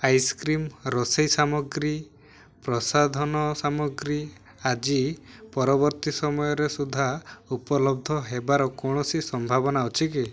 ice cream ରୋଷେଇ ସାମଗ୍ରୀ ପ୍ରସାଧନ ସାମଗ୍ରୀ ଆଜି ପରବର୍ତ୍ତୀ ସମୟରେ ସୁଦ୍ଧା ଉପଲବ୍ଧ ହେବାର କୌଣସି ସମ୍ଭାବନା ଅଛି କି